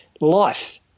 Life